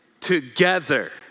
together